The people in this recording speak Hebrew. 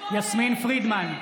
יסמין פרידמן,